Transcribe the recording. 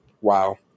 Wow